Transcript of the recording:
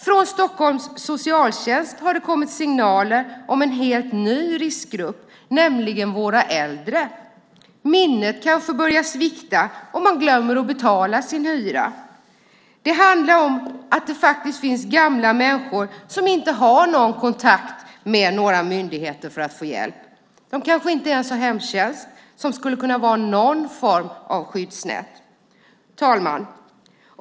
Från Stockholms socialtjänst har det kommit signaler om en helt ny riskgrupp, nämligen våra äldre. Minnet kanske börjar svikta, och man glömmer att betala sin hyra. Det finns faktiskt gamla människor som inte har någon kontakt med myndigheter för att få hjälp. De kanske inte ens har hemtjänst, som skulle kunna utgöra någon form av skyddsnät.